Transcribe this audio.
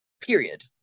period